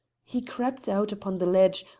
he crept out upon the ledge,